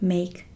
Make